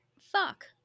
Fuck